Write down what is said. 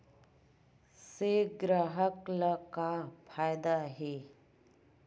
से ग्राहक ला का फ़ायदा हे?